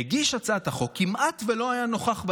מגיש הצעת החוק כמעט לא היה נוכח בדיונים,